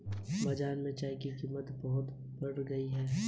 बाजार में चाय की कीमत बहुत बढ़ गई है भाभी